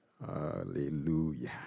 Hallelujah